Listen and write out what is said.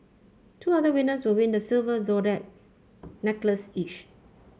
two other winners will win the silver zodiac necklace each